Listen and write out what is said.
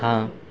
ہاں